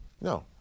no